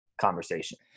conversation